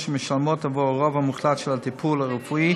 אשר משלמות עבור הרוב המוחלט של הטיפול הרפואי